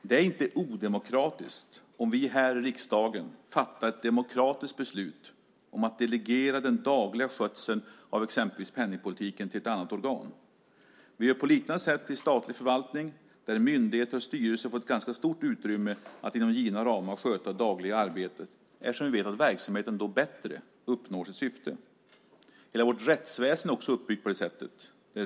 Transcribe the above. Det är inte odemokratiskt om vi här i riksdagen fattar ett demokratiskt beslut om att delegera den dagliga skötseln av exempelvis penningpolitiken till ett annat organ. Vi gör på ett liknande sätt i statlig förvaltning, där myndigheter och styrelser får ett ganska stort utrymme att inom givna ramar sköta det dagliga arbetet, eftersom vi vet att verksamheten då bättre uppnår sitt syfte. Hela vårt rättsväsende är också uppbyggt på det sättet.